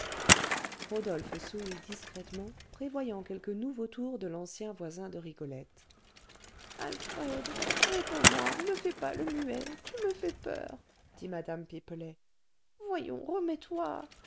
rodolphe sourit discrètement prévoyant quelque nouveau tour de l'ancien voisin de rigolette alfred réponds-moi ne fais pas le muet tu me fais peur dit mme pipelet voyons remets toi